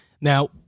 Now